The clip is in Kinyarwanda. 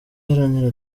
iharanira